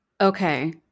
Okay